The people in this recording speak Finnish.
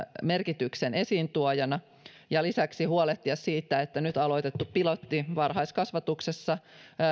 merkityksen esiintuojana ja lisäksi huolehtia siitä että nyt aloitettu pilotti varhaiskasvatuksessa